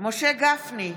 משה גפני,